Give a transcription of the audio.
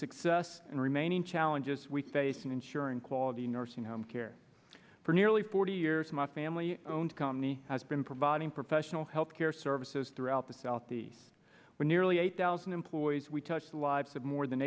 success and remaining challenges we face in ensuring quality nursing home care for nearly forty years my family owned company has been providing professional health care services throughout the southeast where nearly eight thousand employees we touched lives of more than